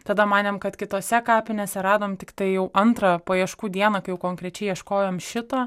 tada manėm kad kitose kapinėse radom tiktai jau antrą paieškų dieną kai jau konkrečiai ieškojom šitą